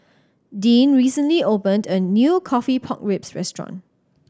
Dean recently opened a new coffee pork ribs restaurant